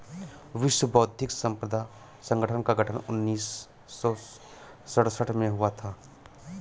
विश्व बौद्धिक संपदा संगठन का गठन उन्नीस सौ सड़सठ में हुआ था